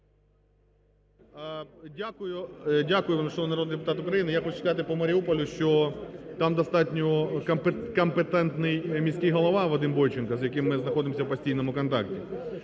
Дякую, вельмишановний народний депутат України. Я хочу сказати по Маріуполю, що там достатньо компетентний міський голова, Вадим Бойченко, з яким ми знаходимося у постійному контакті,